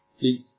please